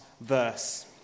verse